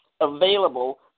available